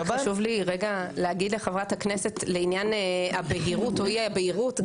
רק חשוב לי רגע להגיד לחברת הכנסת לעניין הבהירות או אי הבהירות.